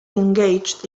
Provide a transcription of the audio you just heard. engaged